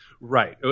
right